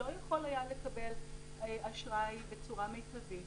לא יכול היה לקבל אשראי בצורה מיטבית.